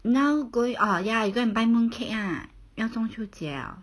now going oh ya you go and buy mooncake ah 要中秋节 liao